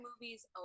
movie's